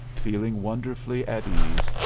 feeling wonderfully at ease,